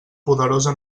poderosa